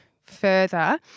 further